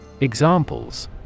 Examples